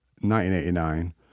1989